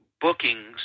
Bookings